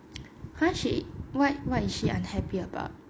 !huh! she what what is she unhappy about